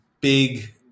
big